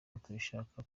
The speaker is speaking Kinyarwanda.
batabishaka